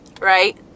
right